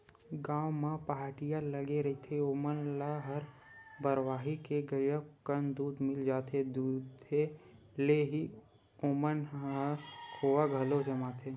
गाँव म पहाटिया लगे रहिथे ओमन ल हर बरवाही के गजब कन दूद मिल जाथे, खुदे ले ही ओमन ह खोवा घलो जमाथे